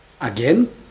Again